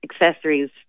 accessories